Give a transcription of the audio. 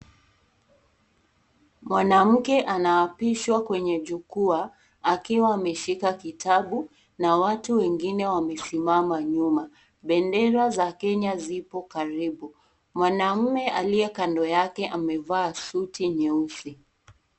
Mwanamke anaapishwa kwenye jukwaa akiwa ameshika kitabu na watu wengine wamesimama nyuma . Bendera za Kenya zipo karibu, mwanaume aliye kando yake amevaa suti nyeusi .